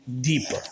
deeper